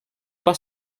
pas